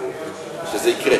מהנשיאות שזה יקרה,